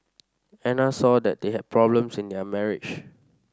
Anna saw that they had problems in their marriage